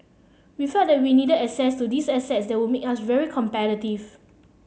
we felt that we needed access to these assets that would make us very competitive